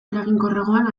eraginkorragoan